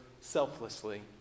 selflessly